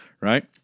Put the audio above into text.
right